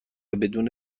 بدون